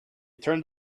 turned